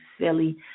silly